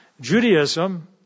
Judaism